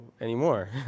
anymore